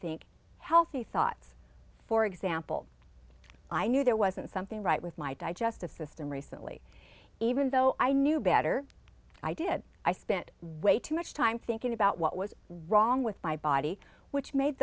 think healthy thoughts for example i knew there wasn't something right with my digestive system recently even though i knew better i did i spent way too much time thinking about what was wrong with my body which made